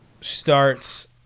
starts